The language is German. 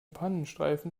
pannenstreifen